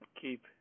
keep